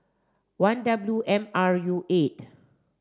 one W M R U eight